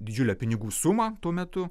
didžiulę pinigų sumą tuo metu